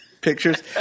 Pictures